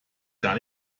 gar